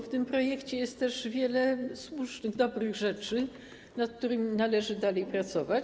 W tym projekcie jest też wiele słusznych, dobrych rzeczy, nad którymi należy dalej pracować.